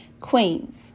Queens